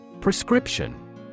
Prescription